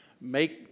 make